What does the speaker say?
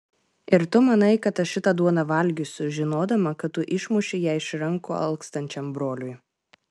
ir tu manai kad aš šitą duoną valgysiu žinodama kad tu išmušei ją iš rankų alkstančiam broliui